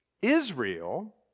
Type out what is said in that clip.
Israel